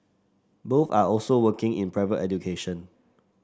both are also working in private education